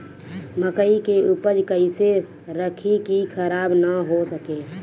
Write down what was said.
मकई के उपज कइसे रखी की खराब न हो सके?